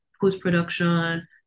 post-production